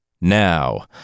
Now